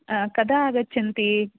कदा आगच्छन्ति